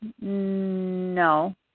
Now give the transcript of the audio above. no